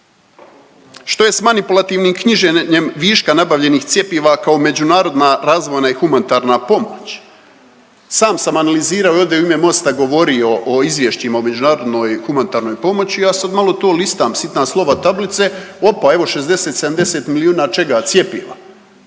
Što je s manipulativnim knjiženjem viška nabavljenih cjepiva kao međunarodna razvojna i humanitarna pomoć? Sam sam analizirao i ovdje u ime MOST-a govorio o izvješćima o međunarodnoj humanitarnoj pomoći, ja sad malo to listam, sitna slova, tablice. Opa, evo 60, 70 milijuna čega? Cjepiva.